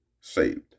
saved